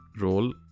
role